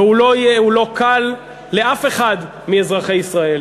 והוא לא יהיה, הוא לא קל לאף אחד מאזרחי ישראל.